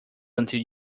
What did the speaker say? until